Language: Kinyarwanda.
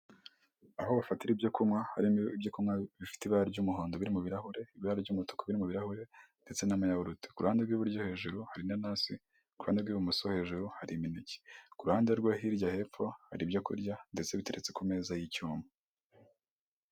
Ni akazu ka emutiyene kateye irangi ry'umuhondo gafunze imiryango yose gashushanyijeho serivisi zose emutiyene itanga kari hagati y'ibyapa bibiri ndetse nipoto n'ishyamba.